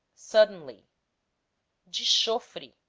suddenly de chofre,